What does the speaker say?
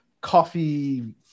coffee